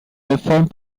réformes